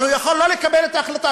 אבל הוא יכול לא לקבל את ההחלטה.